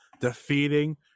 defeating